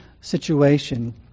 situation